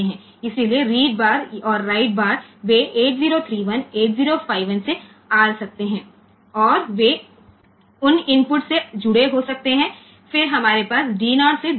इसलिए read bar और write bar वे 8031 8051 से आ सकते हैं और वे उन इनपुट से जुड़े हो सकते हैं फिर हमारे पास डी 0 से डी 7है